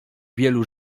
wielu